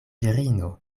virino